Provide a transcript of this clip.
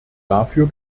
dafür